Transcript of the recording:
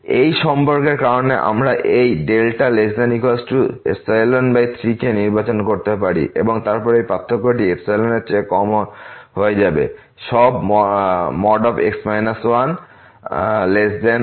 এই সম্পর্কের কারণে আমরা এই δ≤3 কে নির্বাচন করতে পারি এবং তারপর এই পার্থক্যটি এর চেয়ে কম হয়ে যাবে সব x 1